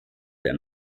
der